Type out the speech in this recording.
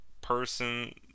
person